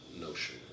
notion